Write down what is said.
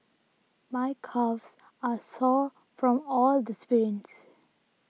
my calves are sore from all the sprints